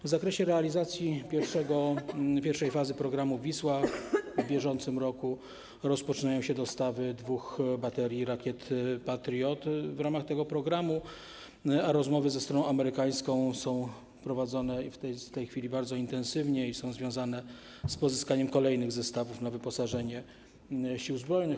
W zakresie realizacji pierwszej fazy programu ˝Wisła˝ w bieżącym roku rozpoczynają się dostawy dwóch baterii rakiet Patriot w ramach tego programu, a rozmowy ze stroną amerykańską są prowadzone w tej chwili bardzo intensywnie i są związane z pozyskaniem kolejnych zestawów na wyposażenie Sił Zbrojnych.